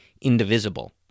indivisible